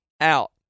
out